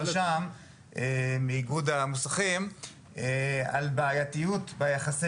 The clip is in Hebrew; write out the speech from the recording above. איגוד המוסכים הצביעה על בעייתיות ביחסי